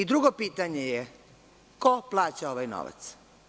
Drugo pitanje je ko plaća ovaj novac?